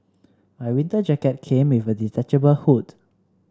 my winter jacket came with a detachable hood